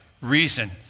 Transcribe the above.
reason